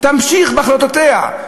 תמשיך בהחלטותיה.